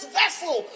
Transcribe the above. vessel